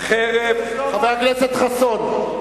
לעמיר פרץ לא אמרת את זה.